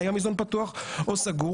האם המזנון פתוח או סגור